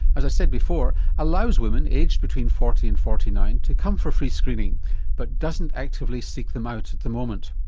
as i said before allows women aged between forty and forty nine to come for free screening but doesn't actively seek them out at the moment.